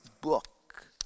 book